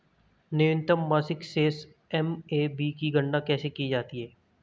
न्यूनतम मासिक शेष एम.ए.बी की गणना कैसे की जाती है?